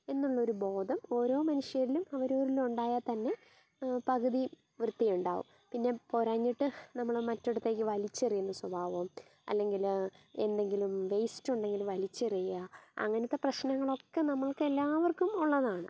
എന്നുള്ളൊരു ബോധം ഓരോ മനുഷ്യനും അവരവരിലുണ്ടായാൽ തന്നെ പകുതി വൃത്തിയുണ്ടാകും പിന്നെ പോരാഞ്ഞിട്ട് നമ്മൾ മറ്റൊരിടത്തേക്ക് വലിച്ചെറിയുന്ന സ്വഭാവം അല്ലെങ്കിൽ എന്തെങ്കിലും വേസ്റ്റുണ്ടെങ്കിൽ വലിച്ചെറിയുക അങ്ങനത്തെ പ്രശ്നങ്ങളൊക്കെ നമ്മൾക്ക് എല്ലാവർക്കും ഉള്ളതാണ്